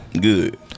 Good